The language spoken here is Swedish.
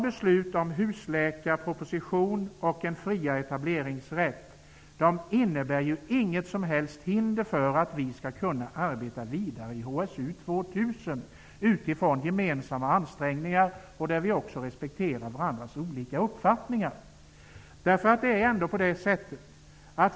Besluten om husläkarpropositionen och om en friare etableringsrätt innebär ju inget som helst hinder för att vi skall kunna arbeta vidare i HSU 2000 med utgångspunkt i gemensamma ansträngningar och med respekt för varandras olika uppfattningar.